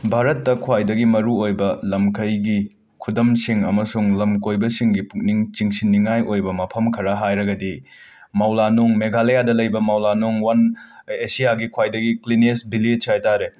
ꯚꯥꯔꯠꯇ ꯈ꯭ꯋꯥꯏꯗꯒꯤ ꯃꯔꯨꯑꯣꯏꯕ ꯂꯝꯈꯩꯒꯤ ꯈꯨꯗꯝꯁꯤꯡ ꯑꯃꯁꯨꯡ ꯂꯝ ꯀꯣꯏꯕꯁꯤꯡꯒꯤ ꯄꯨꯛꯅꯤꯡ ꯆꯤꯡꯁꯤꯟꯅꯤꯡꯉꯥꯏ ꯑꯣꯏꯕ ꯃꯐꯝ ꯈꯔ ꯍꯥꯏꯔꯒꯗꯤ ꯃꯧꯂꯥꯅꯨꯡ ꯃꯦꯘꯥꯂꯌꯥꯗ ꯂꯩꯕ ꯃꯧꯂꯥꯅꯨꯡ ꯋꯟ ꯑꯦꯁꯤꯌꯥꯒꯤ ꯈ꯭ꯋꯥꯏꯗꯒꯤ ꯀ꯭ꯂꯤꯅꯦꯁ ꯕꯤꯂꯦꯆ ꯍꯥꯏ ꯇꯥꯔꯦ